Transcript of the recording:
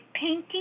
painting